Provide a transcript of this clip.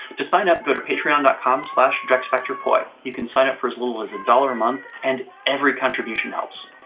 to sign up, go to patreon and com so drexfactorpoi. you can sign up for as little as a dollar a month and every contribution helps.